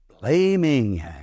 blaming